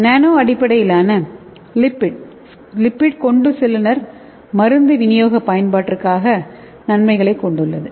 நானோ அடிப்படையிலான லிப்பிட் கொண்டுசெல்லுநர் மருந்து விநியோக பயன்பாட்டிற்கான நன்மைகளைக் கொண்டுள்ளது